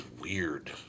weird